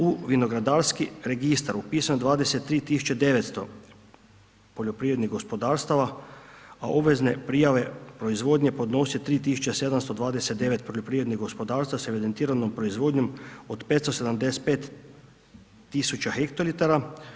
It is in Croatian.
U vinogradarski registar upisan 23900 poljoprivrednih gospodarstava, a obvezne prijave proizvodnje podnose 3729 poljoprivrednih gospodarstva s evidentiranom proizvodnjom od 575000 hektolitara.